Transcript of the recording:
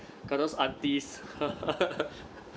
got those aunties